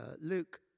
Luke